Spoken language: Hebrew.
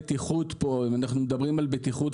אם אנחנו מדברים על בטיחות,